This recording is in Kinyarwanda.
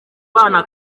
bana